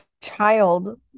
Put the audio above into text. child